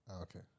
Okay